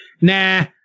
nah